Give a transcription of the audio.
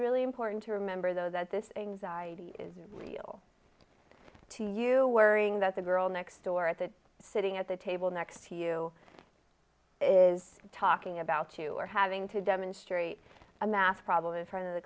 really important to remember though that this anxiety is real to you worrying that the girl next door at that sitting at the table next to you is talking about to or having to demonstrate a math problem is one of the